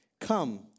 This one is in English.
Come